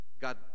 God